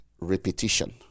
repetition